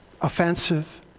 Offensive